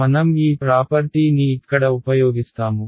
మనం ఈ ప్రాపర్టీ ని ఇక్కడ ఉపయోగిస్తాము